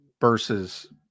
versus